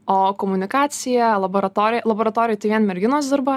o komunikacija laboratorija laboratorijoj tai vien merginos dirba